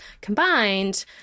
combined